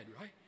right